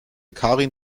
karin